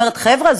אומרת: חבר'ה,